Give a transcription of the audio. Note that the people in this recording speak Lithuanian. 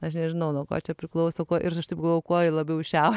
aš nežinau nuo ko čia priklauso ir aš taip galvoju kuo labiau į šiau